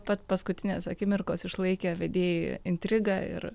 pat paskutinės akimirkos išlaikė vedėjui intrigą ir